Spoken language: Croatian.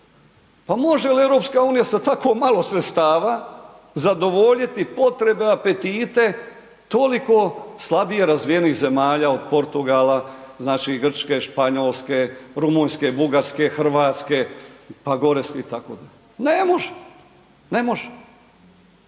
pa može li EU sa tako malo sredstava zadovoljiti potrebe, apetite, toliko slabije razvijenih zemalja od Portugala, znači, Grčke, Španjolske, Rumunjske, Bugarske, RH, pa …/Govornik se ne razumije/…itd., ne može, ne može.